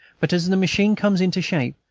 but as the machine comes into shape,